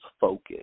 focus